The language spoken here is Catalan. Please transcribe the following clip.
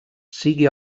sigui